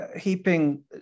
heaping